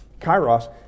Kairos